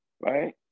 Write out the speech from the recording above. right